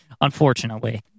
Unfortunately